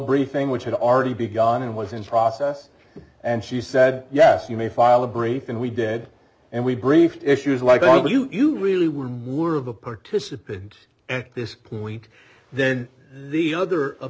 briefing which had already begun and was in process and she said yes you may file a brief and we did and we briefed issues like you you really were moore of a participant at this point then the other